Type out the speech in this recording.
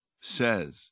says